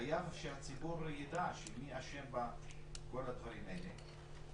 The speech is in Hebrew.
חייב שהציבור ידע מי אשם בכל הדברים האלה.